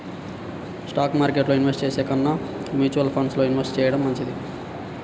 stock మార్కెట్టులో invest చేసే కన్నా మ్యూచువల్ ఫండ్స్ లో ఇన్వెస్ట్ చెయ్యడం మంచిది